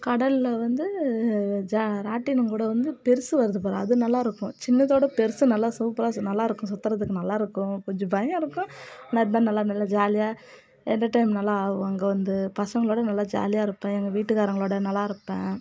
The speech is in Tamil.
கடலில் வந்து ஜா ராட்டினம் கூட வந்து பெருசு வருது பார் அது நல்ல இருக்கும் சின்னதவிட பெருசு நல்லா சூப்பராக நல்லா இருக்கும் சுற்றறதுக்கு நல்லா இருக்கும் கொஞ்சம் பயம் இருக்கும் ஆனால் இந்த மாதிரி நல்லா நல்லா ஜாலியாக எண்டர்டைன்மெண்ட் நல்லா ஆகும் அங்கே வந்து பசங்களோட நல்லா ஜாலியாக இருப்பேன் எங்க வீட்டுக்காரவங்களோட நல்லா இருப்பேன்